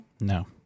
No